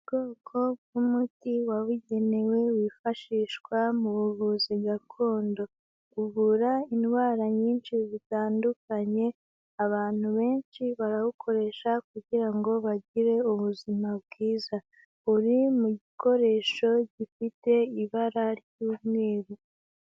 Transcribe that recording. Ubwoko bw'umuti wabugenewe wifashishwa mu buvuzi gakondo, uvura indwara nyinshi zitandukanye, abantu benshi barawukoresha kugira ngo bagire ubuzima bwiza, uri mu gikoresho gifite ibara ry'umweru.